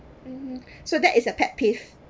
mmhmm so that is a pet peeve